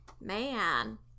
Man